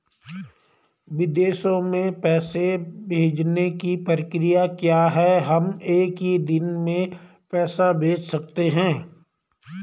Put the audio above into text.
विदेशों में पैसे भेजने की प्रक्रिया क्या है हम एक ही दिन में पैसे भेज सकते हैं?